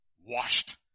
washed